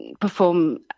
perform